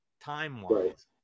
time-wise